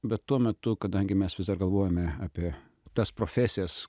bet tuo metu kadangi mes vis dar galvojome apie tas profesijas